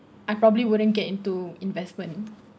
I probably wouldn't get into investment